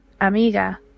amiga